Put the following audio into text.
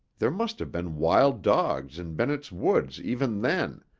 there must have been wild dogs in bennett's woods even then,